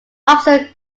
officer